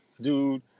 dude